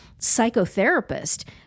psychotherapist